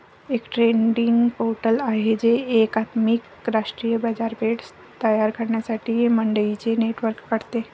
एक trading portal आहे जे एकात्मिक राष्ट्रीय बाजारपेठ तयार करण्यासाठी मंडईंचे नेटवर्क करते